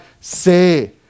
say